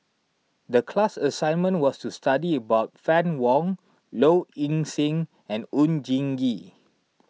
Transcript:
the class assignment was to study about Fann Wong Low Ing Sing and Oon Jin Gee